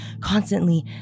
constantly